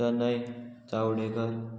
Tanay Chavdekar